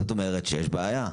זאת אומרת שיש בעיה.